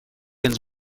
ens